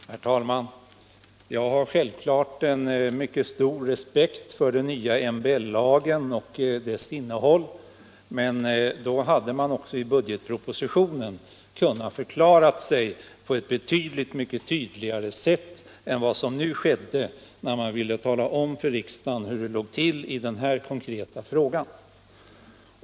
Herr talman! Jag har självfallet en mycket stor respekt för den nya medbestämmandelagen och dess innehåll, men jag tycker att man i budgetpropositionen hade kunnat förklara sig på ett avsevärt mycket tydligare sätt än vad som nu blev fallet, när man ville tala om för riksdagen hur det låg till i den här konkreta frågan.